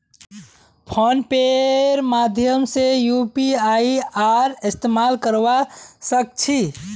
phone पेर माध्यम से यूपीआईर इस्तेमाल करवा सक छी